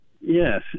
Yes